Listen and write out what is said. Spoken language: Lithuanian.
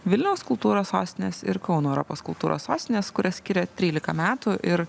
vilniaus kultūros sostinės ir kauno europos kultūros sostinės kurias skiria trylika metų ir